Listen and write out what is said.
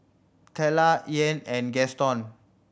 Teela Ian and Gaston